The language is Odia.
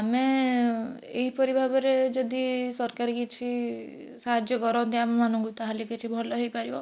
ଆମେ ଏହିପରି ଭାବରେ ଯଦି ସରକାର କିଛି ସାହାଯ୍ୟ କରନ୍ତି ଆମ ମାନଙ୍କୁ ତା'ହେଲେ କିଛି ଭଲ ହେଇପାରିବ